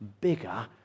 bigger